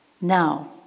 Now